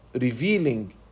revealing